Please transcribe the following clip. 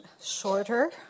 shorter